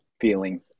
feeling